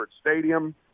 Stadium